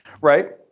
Right